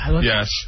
Yes